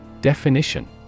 Definition